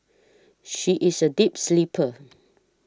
she is a deep sleeper